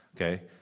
okay